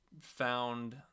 found